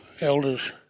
elders